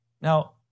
Now